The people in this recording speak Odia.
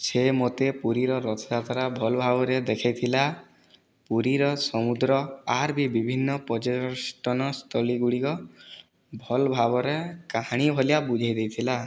ସେ ମୋତେ ପୁରୀର ରଥଯାତ୍ରା ଭଲ୍ ଭାବରେ ଦେଖେଇଥିଲା ପୁରୀର ସମୁଦ୍ର ଆର୍ ବି ବିଭିନ୍ନ ପର୍ଯ୍ୟଟନସ୍ଥଲୀଗୁଡ଼ିକ ଭଲ୍ ଭାବରେ କାହାଣୀ ଭଲିଆ ବୁଝେଇଦେଇଥିଲା